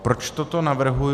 Proč toto navrhuji?